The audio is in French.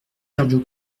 sergio